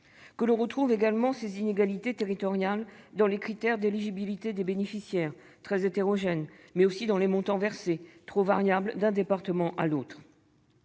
outre, l'on retrouve ces inégalités territoriales dans les critères d'éligibilité des bénéficiaires, très hétérogènes, comme dans les montants versés, trop variables d'un département à l'autre.